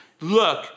look